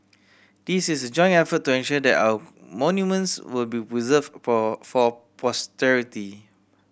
this is a joint effort to ensure that our monuments will be preserved for posterity